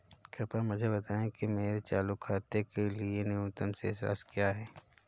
कृपया मुझे बताएं कि मेरे चालू खाते के लिए न्यूनतम शेष राशि क्या है?